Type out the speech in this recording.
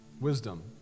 wisdom